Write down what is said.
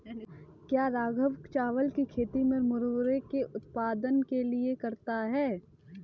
क्या राघव चावल की खेती मुरमुरे के उत्पाद के लिए करता है?